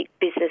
business